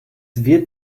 wird